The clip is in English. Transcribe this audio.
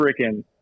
freaking